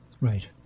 Right